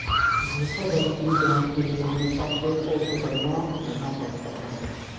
धोखाधड़ी की जांच के लिए हमे अपडेट और चौकन्ना रहना पड़ता है